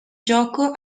gioco